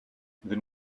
then